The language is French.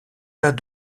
cas